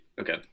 okay